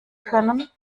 können